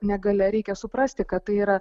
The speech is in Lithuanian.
negalia reikia suprasti kad tai yra